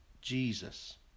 Jesus